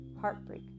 heartbreak